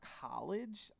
college